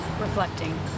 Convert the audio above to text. reflecting